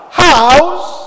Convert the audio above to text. house